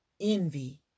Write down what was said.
envy